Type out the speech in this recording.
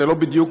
אלה לא בדיוק